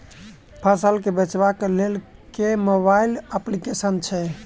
फसल केँ बेचबाक केँ लेल केँ मोबाइल अप्लिकेशन छैय?